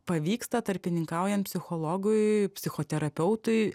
pavyksta tarpininkaujant psichologui psichoterapeutui